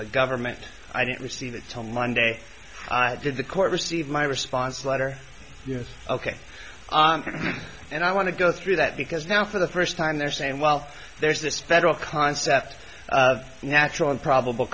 the government i didn't receive it till monday i did the court received my response letter you're ok and i want to go through that because now for the first time they're saying well there's this federal concept of natural and probable